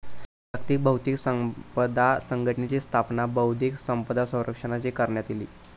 जागतिक बौध्दिक संपदा संघटनेची स्थापना बौध्दिक संपदा संरक्षणासाठी करण्यात इली